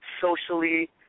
socially